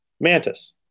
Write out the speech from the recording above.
Mantis